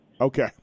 Okay